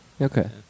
Okay